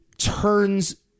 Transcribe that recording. turns